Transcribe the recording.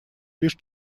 лишь